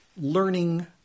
learning